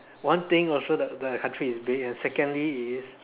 one thing also the the country is big and secondly is